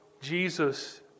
Jesus